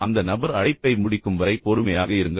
அந்த நபர் அழைப்பை முடிக்கும் வரை பொறுமையாக இருங்கள்